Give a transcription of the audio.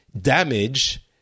damage